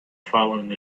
following